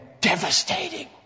devastating